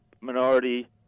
minority